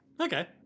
Okay